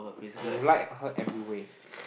you like her every way